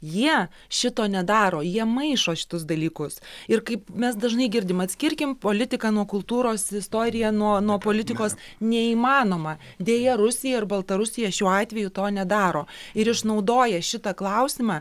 jie šito nedaro jie maišo šitus dalykus ir kaip mes dažnai girdim atskirkim politiką nuo kultūros istoriją nuo nuo politikos neįmanoma deja rusija ir baltarusija šiuo atveju to nedaro ir išnaudoja šitą klausimą